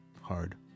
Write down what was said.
hard